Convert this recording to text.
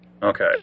Okay